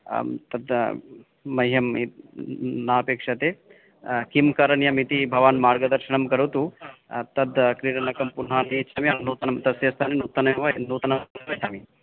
आं तद् मह्यम् इत् नापेक्ष्यते किं करणीयमिति भवान् मार्गदर्शनं करोतु तद् क्रीडनकं पुनः नेच्छामि अहं नूतनं तस्य स्थाने नूतनम् एव यन्नूतनमेव इच्छामि